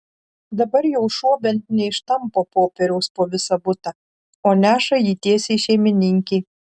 dabar jau šuo bent neištampo popieriaus po visą butą o neša jį tiesiai šeimininkei